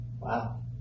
Wow